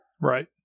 Right